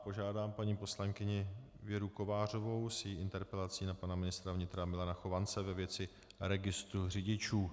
Požádám paní poslankyni Věru Kovářovou s její interpelací na pana ministra vnitra Milana Chovance ve věci registru řidičů.